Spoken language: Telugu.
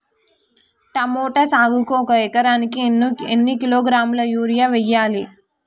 టమోటా సాగుకు ఒక ఎకరానికి ఎన్ని కిలోగ్రాముల యూరియా వెయ్యాలి?